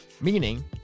Meaning